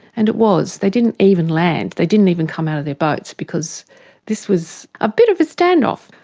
and it was. they didn't even land, they didn't even come out of their boats because this was a bit of a stand-off.